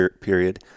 period